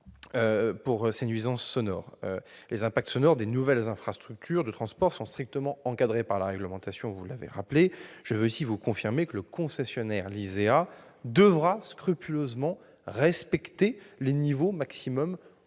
pour ces nuisances sonores ? Les impacts sonores des nouvelles infrastructures de transport sont strictement encadrés par la réglementation. Je veux ici vous confirmer que le concessionnaire, LISEA, devra scrupuleusement respecter les niveaux maximums